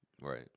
right